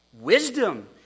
wisdom